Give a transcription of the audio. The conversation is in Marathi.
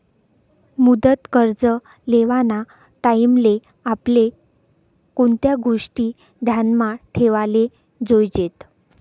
मुदत कर्ज लेवाना टाईमले आपले कोणत्या गोष्टी ध्यानमा ठेवाले जोयजेत